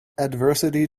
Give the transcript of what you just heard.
adversity